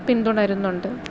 പിന്തുടരുന്നുണ്ട്